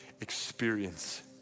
experience